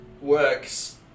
Works